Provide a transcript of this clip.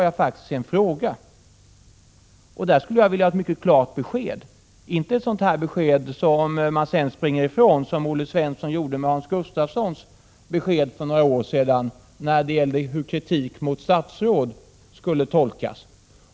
Jag vill då ställa en fråga som jag vill ha ett klart besked på — inte ett besked som man sedan springer ifrån, som Olle Svensson gjorde med Hans Gustafssons besked för några år sedan som gällde hur kritik mot statsråd skulle tolkas.